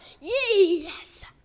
Yes